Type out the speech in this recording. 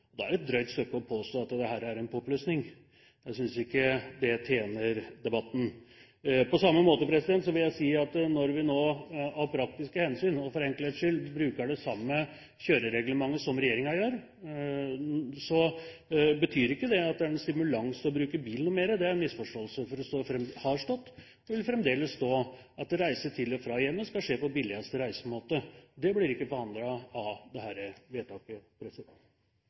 Da er det et drøyt stykke å påstå at dette er en påplussing. Jeg synes ikke det tjener debatten. På samme måte vil jeg si at når vi nå av praktiske hensyn og for enkelhets skyld bruker det samme kjørereglementet som regjeringen gjør, betyr ikke det at det er en stimulans til å bruke bilen mer. Det er en misforståelse. Det har stått og vil fremdeles stå at reise til og fra hjemmet skal skje på billigste reisemåte. Det blir ikke forandret av dette vedtaket.